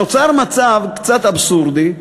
נוצר מצב קצת אבסורדי,